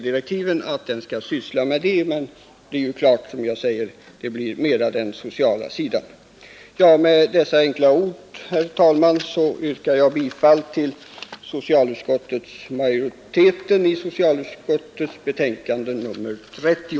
Med dessa enkla ord, herr talman, yrkar jag bifall till majoritetens hemställan i socialutskottets betänkande nr 30.